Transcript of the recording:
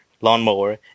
lawnmower